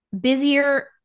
busier